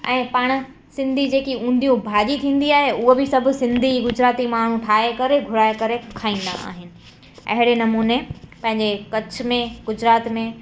ऐं पाणि सिंधी जे की ऊंधियो भाॼी थींदी आहे उहो बि सभु सिंधी गुजराती माण्हू ठाहे करे घुराए करे खाईंदा आहिनि अहिड़े नमूने पंहिंजे कच्छ में गुजरात में